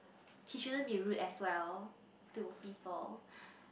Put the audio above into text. he shouldn't be rude as well to people